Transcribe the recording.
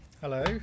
Hello